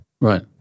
right